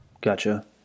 Gotcha